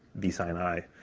v sin i.